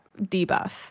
debuff